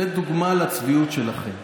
זו דוגמה לצביעות שלכם.